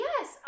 Yes